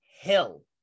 Hill